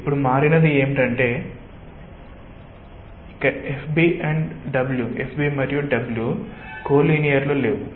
ఇప్పుడు మారినది ఏమిటంటే ఇక FB W కొల్లినియర్ లో లేవు